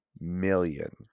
million